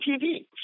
TV